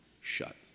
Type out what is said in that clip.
shut